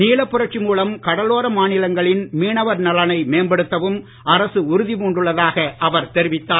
நீலப்புரட்சி மூலம் கடலோர மாநிலங்களின் மீனவர் நலனை மேம்படுத்தவும் அரசு உறுதி பூண்டுள்ளதாக அவர் தெரிவித்தார்